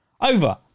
over